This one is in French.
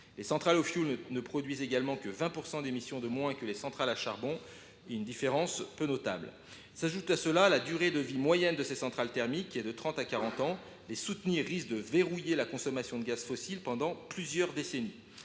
aux centrales au fioul, elles ne produisent que 20 % d’émissions de moins qu’une centrale à charbon, soit une différence peu notable. S’ajoute à cela la durée de vie moyenne de ces centrales thermiques, qui est de trente à quarante ans. Les soutenir risque de verrouiller la consommation de gaz fossiles pendant plusieurs décennies.